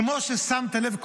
כמו ששמת לב,